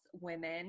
women